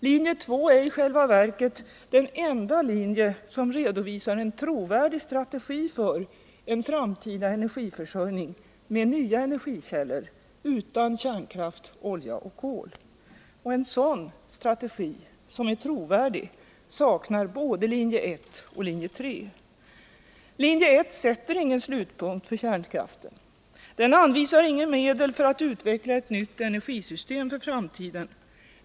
Linje 2 är i själva verket den enda linje som redovisar en trovärdig strategi för en framtida energiförsörjning med nya energikällor, utan kärnkraft, olja och kol. En sådan strategi, som är trovärdig, saknar både linje 1 och linje 3. Linje 1 sätter ingen slutpunkt för kärnkraften. Den anvisar inga medel för att utveckla ett nytt energisystem för framtiden.